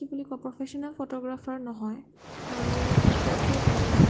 কি বুলি ক'ব প্ৰফেশ্যনেল ফটোগ্ৰাফাৰ নহয় আৰু প'ৰ্ট্ৰেইট নলওঁ